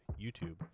youtube